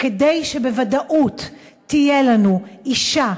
כדי שבוודאות תהיה לנו אישה,